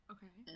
Okay